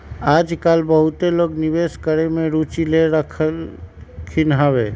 याजकाल बहुते लोग निवेश करेमे में रुचि ले रहलखिन्ह हबे